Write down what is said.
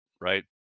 right